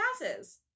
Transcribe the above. passes